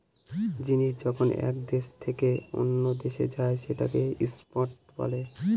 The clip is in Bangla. জিনিস যখন এক দেশ থেকে অন্য দেশে যায় সেটাকে ইম্পোর্ট বলে